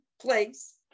place